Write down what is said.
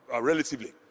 Relatively